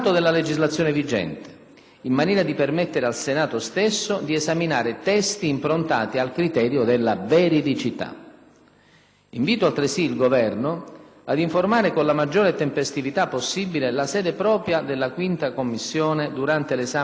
in maniera da permettere al Senato stesso di esaminare testi improntati al criterio della veridicità. Invito altresì il Governo ad informare con la maggiore tempestività possibile la sede propria della 5a Commissione, durante l'esame dei documenti di bilancio,